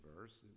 verse